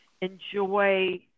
enjoy